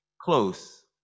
close